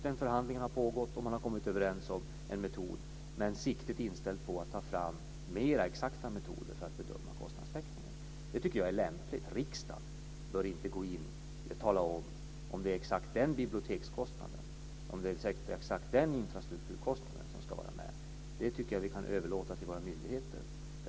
Den förhandlingen har pågått, och man har kommit överens om en metod. Men siktet är inställt på att ta fram mer exakta metoder för att bedöma kostnadstäckningen. Det är lämpligt. Riksdagen bör inte gå in och tala om om det är exakt den bibliotekskostnaden, den infrastrukturkostnaden, som ska vara med. Det tycker jag att vi kan överlåta åt våra myndigheter.